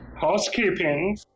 Housekeeping